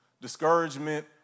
discouragement